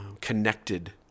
connected